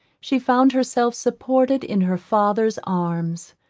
she found herself supported in her father's arms.